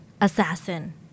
assassin